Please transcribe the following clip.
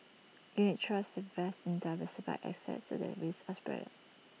unit trusts invest in diversified assets so that risks are spread out